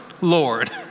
Lord